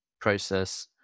process